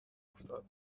افتاد